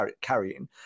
carrying